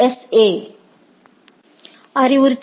ஏ களுக்கு அறிவுறுத்துகிறது